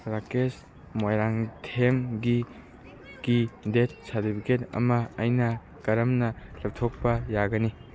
ꯔꯥꯀꯦꯁ ꯃꯣꯏꯔꯥꯡꯊꯦꯝꯒꯤ ꯀꯤ death certificate ꯑꯃ ꯑꯩꯅ ꯀꯔꯝꯅ ꯂꯧꯊꯣꯛꯄ ꯌꯥꯒꯅꯤ